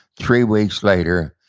three weeks later,